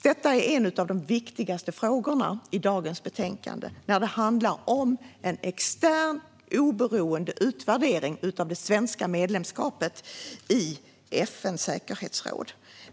Detta är en av de viktigaste frågorna i dagens betänkande - den om en extern, oberoende utvärdering av det svenska medlemskapet i FN:s säkerhetsråd.